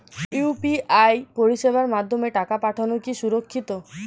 UPI পরিষেবার মাধ্যমে টাকা পাঠানো কি সুরক্ষিত?